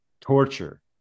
torture